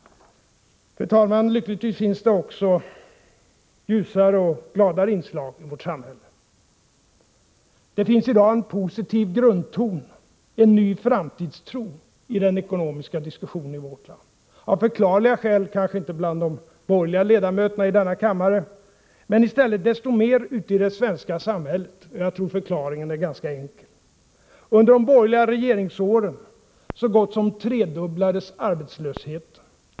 Fru talman! Lyckligtvis finns det också ljusare och gladare inslag i vårt samhälle. Det finns i dag en positiv grundton, en ny framtidstro i den ekonomiska diskussionen i vårt land — av förklarliga skäl kanske inte bland de borgerliga ledamöterna i denna kammare, men i stället desto mer ute i det svenska samhället. Och jag tror att förklaringen är ganska enkel: o Under de borgerliga regeringsåren så gott som tredubblades arbetslösheten.